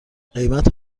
قیمت